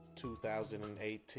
2018